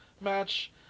match